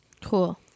Cool